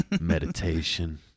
meditation